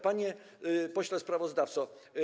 Panie Pośle Sprawozdawco!